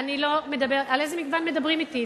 על איזה מגוון מדברים אתי?